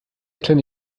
kleine